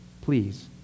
Please